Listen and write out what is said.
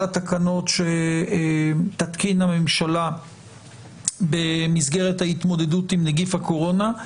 התקנות שתתקין הממשלה במסגרת ההתמודדות עם נגיף הקורונה.